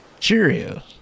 Cheerios